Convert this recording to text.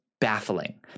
baffling